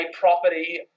property